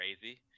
crazy